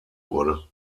wurde